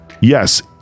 Yes